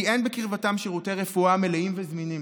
כי אין בקרבתם שירותי רפואה מלאים וזמינים?